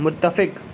متفق